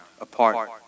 apart